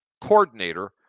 coordinator